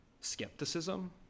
skepticism